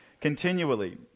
continually